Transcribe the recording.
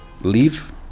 leave